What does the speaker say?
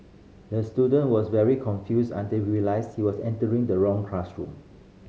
the student was very confused until he realised he was entering the wrong classroom